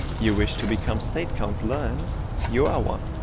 you wished to become state councillor, and you are one!